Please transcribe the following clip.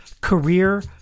career